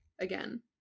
again